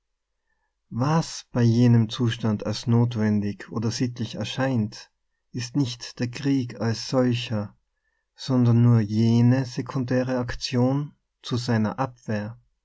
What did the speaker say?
was bei jenem zustand als notwendig oder sitt lieh erscheint ist nicht der krieg als solcher sondern nur jene sekundäre aktion zu seiner abwehr